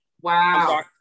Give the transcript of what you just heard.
Wow